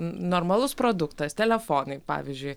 normalus produktas telefonai pavyzdžiui